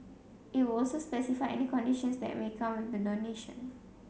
it would also specify any conditions that may come with the donation